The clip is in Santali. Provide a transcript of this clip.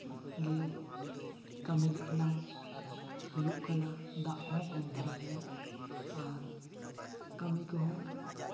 ᱜᱮ ᱠᱟᱹᱢᱤ ᱞᱮ ᱮᱱᱟᱝ ᱦᱩᱭᱩᱜ ᱠᱟᱱᱟ ᱫᱟᱜ ᱦᱚᱸ ᱠᱚᱢ ᱫᱷᱟᱨᱟ ᱜᱮᱭᱟ ᱟᱨ ᱠᱟᱹᱢᱤ ᱠᱚᱦᱚᱸ